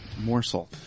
morsel